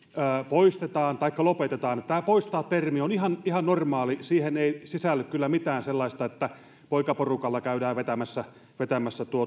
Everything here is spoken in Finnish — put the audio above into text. poistetaan taikka lopetetaan tämä poistaa termi on ihan ihan normaali siihen ei sisälly kyllä mitään sellaista että poikaporukalla käydään vetämässä vetämässä